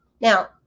Now